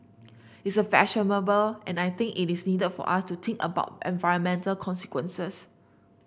it's a fashionable and I think it is needed for us to think about environmental consequences